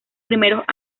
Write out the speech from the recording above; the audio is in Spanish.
primeros